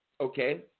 Okay